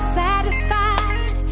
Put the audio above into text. satisfied